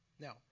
now